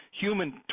human